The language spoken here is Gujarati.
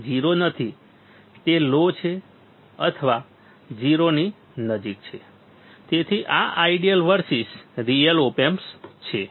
તે 0 નથી તે લો છે અથવા 0 ની નજીક છે તેથી આ ideal versus real op amp છે